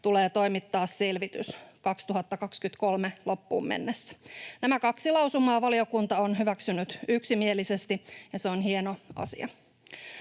tulee toimittaa selvitys 2023 loppuun mennessä. Nämä kaksi lausumaa valiokunta on hyväksynyt yksimielisesti, ja se on hieno asia.